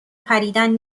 پریدن